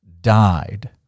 died